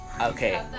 Okay